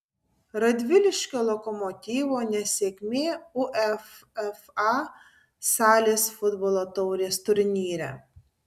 radviliškio lokomotyvo nesėkmė uefa salės futbolo taurės turnyre